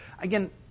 Again